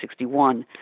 1961